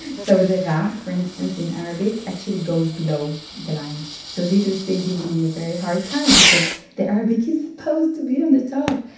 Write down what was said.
so the ra for instance, in arabic, actually goes below the lines. so this is still giving me a very hard time, because the arabic is supposed to be on the top!